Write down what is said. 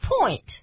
point